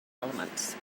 elements